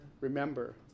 Remember